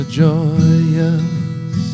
joyous